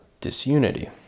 disunity